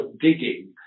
digging